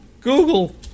Google